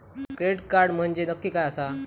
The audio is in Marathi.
क्रेडिट कार्ड म्हंजे नक्की काय आसा?